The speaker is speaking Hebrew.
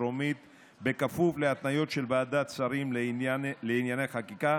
טרומית בכפוף להתניות של ועדת שרים לענייני חקיקה.